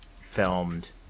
filmed